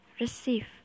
Receive